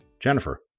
Jennifer